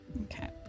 Okay